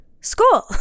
school